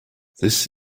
this